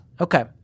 Okay